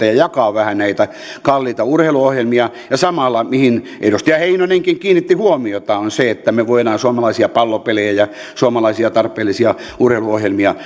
ja jakaa vähän näitä kalliita urheiluohjelmia ja samalla mihin edustaja heinonenkin kiinnitti huomiota on se että me voimme suomalaisia pallopelejä ja suomalaisia tarpeellisia urheiluohjelmia